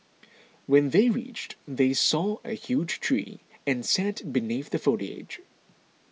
when they reached they saw a huge tree and sat beneath the foliage